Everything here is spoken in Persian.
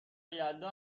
یلدا